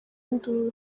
induru